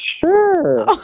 Sure